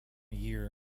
year